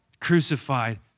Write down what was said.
crucified